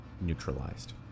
neutralized